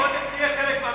קודם תהיה חלק מהמדינה.